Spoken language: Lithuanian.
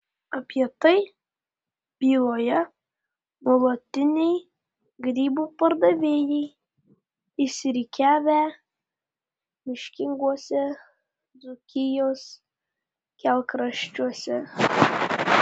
apie tai byloja nuolatiniai grybų pardavėjai išsirikiavę miškinguose dzūkijos kelkraščiuose